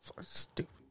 Stupid